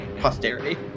posterity